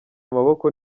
amaboko